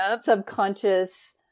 subconscious